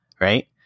right